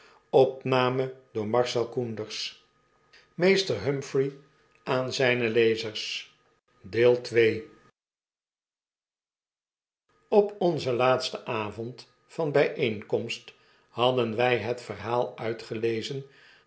meester humphrey aan zijne lezers op onzen laatsten avond van byeenkomst hadden wy het verhaal uitgelezen